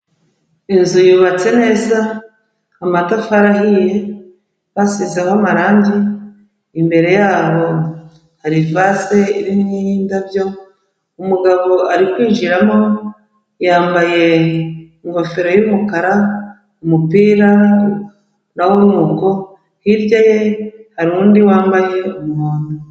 Inzu yubatse neza, amatafari ahiye basizeho amarange, imbere yaho hari ivaze irimo indabyo, umugabo ari kwinjiramo, yambaye ingofero y'umukara, umupira na wo ni uko, hirya ye hari undi wambaye umuhondo.